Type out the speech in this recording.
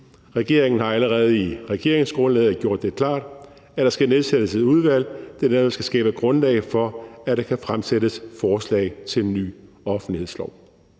regeringen har allerede i regeringsgrundlaget gjort det klart, at der skal nedsættes et udvalg, der netop skal skabe grundlag for, at der kan fremsættes et forslag til en ny offentlighedslov.